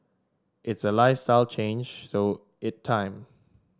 it's a lifestyle change so it time